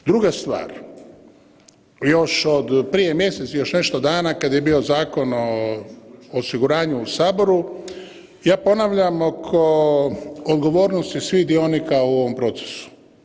Druga stvar, još od prije mjesec i još nešto dana kad je bio Zakon o osiguranju u saboru ja ponavljam oko odgovornosti svih dionika u ovom procesu.